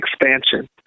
Expansion